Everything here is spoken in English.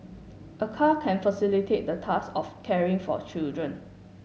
a car can facilitate the task of caring for children